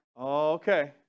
Okay